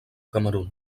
camerun